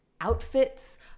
outfits